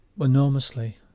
Enormously